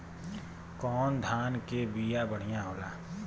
कौन धान के बिया बढ़ियां होला?